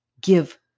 give